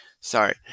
sorry